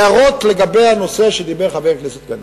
הערות לגבי הנושא שדיבר עליו חבר הכנסת גנאים.